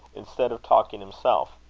instead of talking himself.